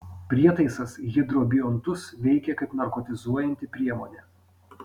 prietaisas hidrobiontus veikia kaip narkotizuojanti priemonė